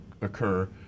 occur